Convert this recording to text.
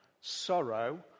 sorrow